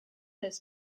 has